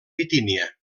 bitínia